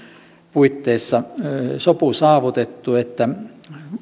puitteissa sopu saavutettu että